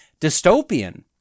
dystopian